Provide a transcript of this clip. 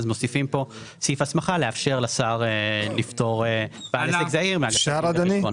מוסיפים פה סעיף הסמכה לאפשר לשר לפטור בעל עסק זעיר מהגשת דין וחשבון.